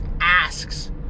asks